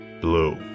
Blue